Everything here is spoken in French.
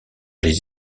les